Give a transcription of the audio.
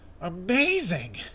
Amazing